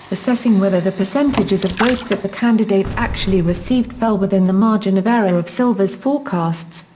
assessing whether the percentages of votes that the candidates actually received fell within the margin of error of silver's forecasts,